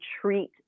treat